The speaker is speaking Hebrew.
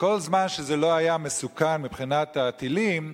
כל זמן שזה לא היה מסוכן מבחינת הטילים,